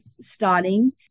starting